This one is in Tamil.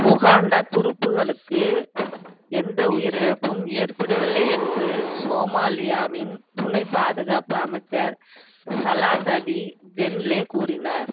உகாண்டா துருப்புக்களுக்கு எந்த உயிரிழப்பும் ஏற்படவில்லை என்று சோமாலியாவின் துணைப் பாதுகாப்பு அமைச்சர் சலாட் அலி ஜென்லே கூறினார்